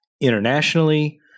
internationally